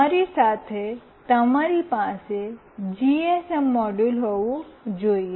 તમારી સાથે તમારી પાસે જીએસએમ મોડ્યુલ હોવું જોઈએ